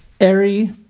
airy